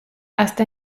hasta